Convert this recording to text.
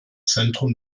zentrum